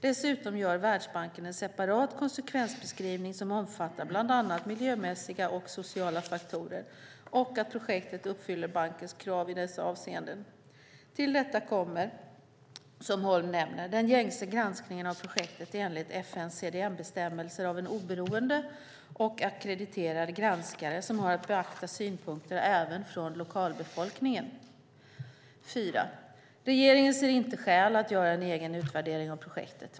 Dessutom gör Världsbanken en separat konsekvensbeskrivning som omfattar bland annat miljömässiga och sociala faktorer och att projektet uppfyller bankens krav i dessa avseenden. Till detta kommer, som Holm nämner, den gängse granskningen av projektet enligt FN:s CDM-bestämmelser av en oberoende och ackrediterad granskare som har att beakta synpunkter även från lokalbefolkningen. Regeringen ser inga skäl att göra en egen utvärdering av projektet.